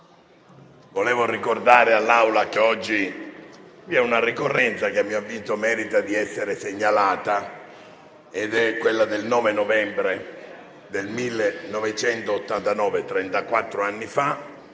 volevo ricordare all'Assemblea che oggi vi è una ricorrenza che, a mio avviso, merita di essere segnalata. È quella del 9 novembre del 1989,